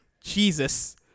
Jesus